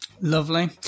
Lovely